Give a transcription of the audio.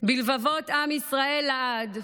בלבבות עם ישראל לעד,